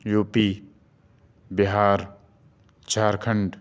UP Bihar Jharkhand